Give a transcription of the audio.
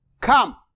come